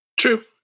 True